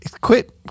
Quit